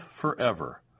forever